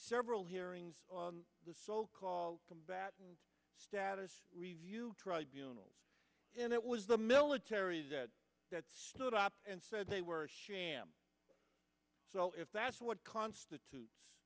several hearings on the so called combatant status review tribunals and it was the military that stood up and said they were a sham so if that's what constitutes